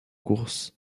course